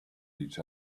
each